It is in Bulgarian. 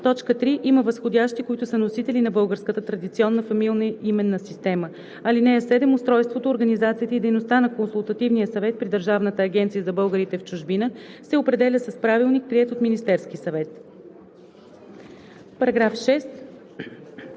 3. има възходящи, които са носители на българската традиционна фамилна именна система. (7) Устройството, организацията и дейността на Консултативния съвет при Държавната агенция за българите в чужбина се определя с правилник, приет от Министерския съвет.“ По § 6